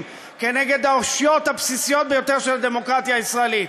כנגד האושיות הבסיסיות ביותר של הדמוקרטיה הישראלית.